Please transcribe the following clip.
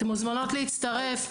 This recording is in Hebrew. אתן מוזמנות להצטרף.